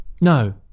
No